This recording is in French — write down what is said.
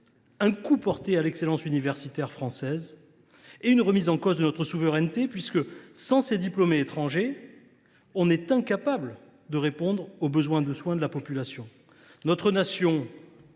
un coup porté à l’excellence universitaire française et une remise en cause de notre souveraineté, puisque, sans ces diplômés étrangers, nous sommes incapables de répondre au besoin de soins de la population. Notre nation